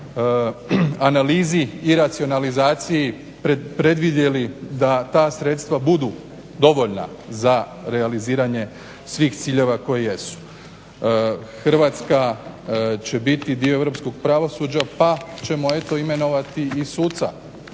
Hrvatska će biti dio europskog pravosuđa, pa ćemo eto imenovati i suca